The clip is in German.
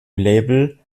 label